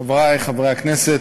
חברי חברי הכנסת,